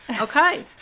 Okay